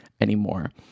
anymore